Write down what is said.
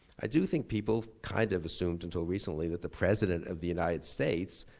i do think people kind of assumed until recently that the president of the united states,